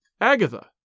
Agatha